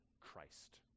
Christ